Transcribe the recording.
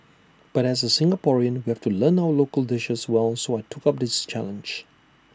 but as A Singaporean we have to learn our local dishes well so I took up this challenge